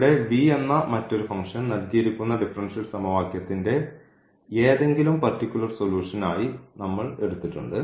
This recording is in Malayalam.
ഇവിടെ എന്ന മറ്റൊരു ഫംഗ്ഷൻ നൽകിയിരിക്കുന്ന ഡിഫറൻഷ്യൽ സമവാക്യത്തിന്റെ ഏതെങ്കിലും പർട്ടിക്കുലർ സൊലൂഷൻ ആയി നമ്മൾ എടുത്തിട്ടുണ്ട്